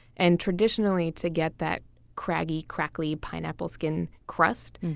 and traditionally to get that craggy, crackly, pineapple skin crust,